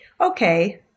Okay